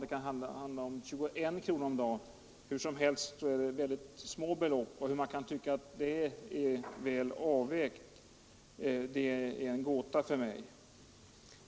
Det kan handla om 21 kronor om dagen — hur som helst är det små belopp, och hur man kan tycka att de är väl avvägda är en gåta för mig.